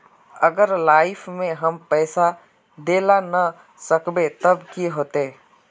अगर लाइफ में हम पैसा दे ला ना सकबे तब की होते?